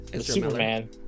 superman